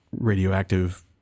radioactive